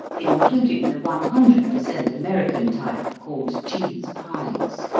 including the one hundred percent american type called cheese pies.